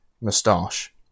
moustache